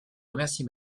remercie